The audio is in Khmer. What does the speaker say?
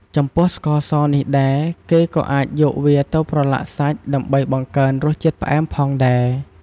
ចំពោះស្ករសនេះដែរ គេក៏អាចយកវាទៅប្រឡាក់សាច់ដើម្បីបង្កើនរសជាតិផ្អែមផងដែរ។